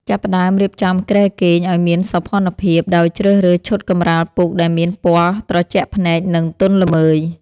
ចាប់ផ្ដើមរៀបចំគ្រែគេងឱ្យមានសោភ័ណភាព ដោយជ្រើសរើសឈុតកម្រាលពូកដែលមានពណ៌ត្រជាក់ភ្នែក និងទន់ល្មើយ។